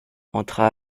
entra